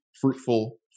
fruitful